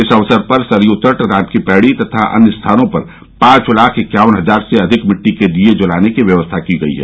इस अवसर पर सरयू तट राम की पैड़ी तथा अन्य स्थानों पर पांच लाख इक्यावन हजार से अधिक मिट्टी की दीये जलाने की व्यवस्था की गई है